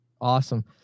Awesome